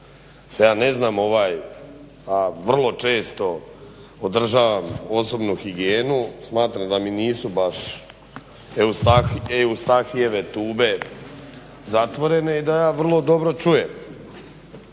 Sad ja ne znam vrlo često održavam osobnu higijenu. Smatram da mi nisu baš Eustahijeve tube zatvorene i da ja vrlo dobro čujem.